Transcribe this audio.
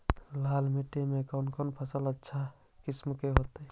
लाल मिट्टी में कौन से फसल अच्छा किस्म के होतै?